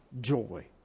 joy